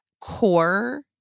core